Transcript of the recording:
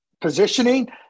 positioning